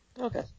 Okay